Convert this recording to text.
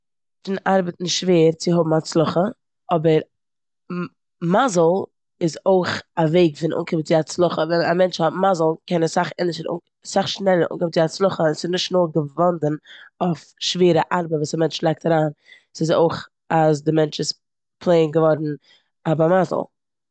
מענטשן ארבעט שווער צו האבן הצלחה אבער מ- מזל איז אויך א וועג פון אנקומען צו הצלחה. ווען א מענטש האט מזל קען ער סאך ענדערש סאך שנעלער אנקומען צו הצלחה און ס'נישט נאר געוואנדן אויף שווערע ארבעט וואס א מענטש לייגט אריין. ס'איז אויך אז די מענטש איז פלעין געווארן א בר מזל.